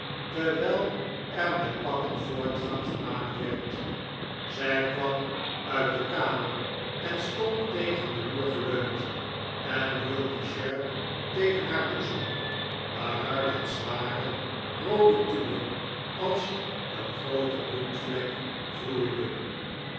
terwijl er met pakken voortgang gemaakt werd zij kwam uit de kamer en stond tegen den muur geleund en hield die sjerp tegen haar boezem waaruit het zware roode tulle als een groote bloedvlek vloeide